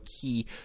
key